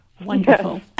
wonderful